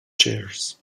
chairs